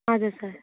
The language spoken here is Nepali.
हजुर सर